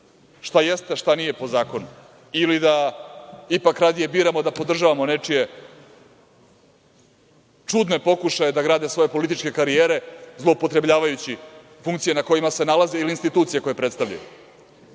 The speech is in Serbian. šta jeste, a šta nije po zakonu ili da ipak radije biramo da podržavamo nečije čudne pokušaje da grade svoje političke karijere, zloupotrebljavajući funkcije na kojima se nalaze ili institucije koje predstavljaju. Čitali